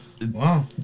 Wow